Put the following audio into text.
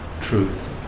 truth